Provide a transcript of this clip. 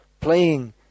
playing